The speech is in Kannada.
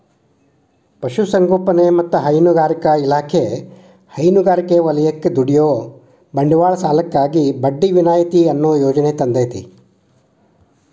ಪಶುಸಂಗೋಪನೆ ಮತ್ತ ಹೈನುಗಾರಿಕಾ ಇಲಾಖೆ ಹೈನುಗಾರಿಕೆ ವಲಯಕ್ಕ ದುಡಿಯುವ ಬಂಡವಾಳ ಸಾಲಕ್ಕಾಗಿ ಬಡ್ಡಿ ವಿನಾಯಿತಿ ಅನ್ನೋ ಯೋಜನೆ ತಂದೇತಿ